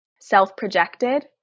self-projected